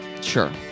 Sure